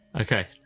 Okay